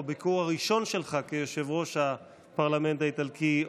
בביקור הראשון שלך כיושב-ראש הפרלמנט האיטלקי,